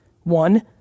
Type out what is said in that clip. one